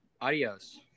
Adios